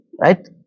Right